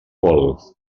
vol